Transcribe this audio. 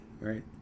Right